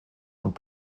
und